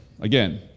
again